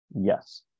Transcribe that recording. Yes